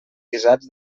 guisats